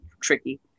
tricky